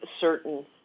certain